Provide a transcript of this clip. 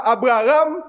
Abraham